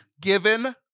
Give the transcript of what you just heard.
given